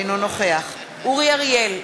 אינו נוכח אורי אריאל,